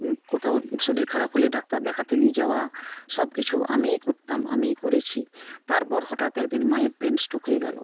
কোথাও শরীর খারাপ হলে ডাক্তার দেখাতে নিয়ে যাওয়া সব কিছু আমিই করতাম আমিই করেছি তারপর হঠাৎ একদিন মায়ের ব্রেন স্ট্রোক হয়ে গেল